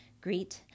Greet